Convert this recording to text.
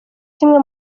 kimwe